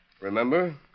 Remember